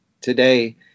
today